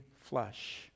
flesh